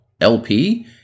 LP